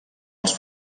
els